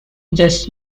this